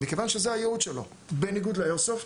מכיוון שזה הייעוד שלו - בניגוד לאיירסופט,